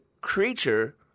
creature